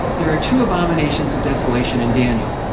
there are two abominations of desolation in daniel.